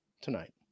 tonight